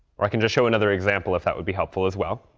or i can just show another example, if that would be helpful as well.